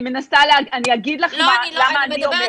אני אגיד לך למה אני אומרת את זה.